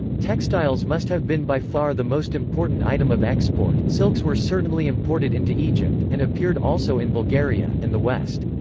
textiles must have been by far the most important item of export silks were certainly imported into egypt, and appeared also in bulgaria, and the west.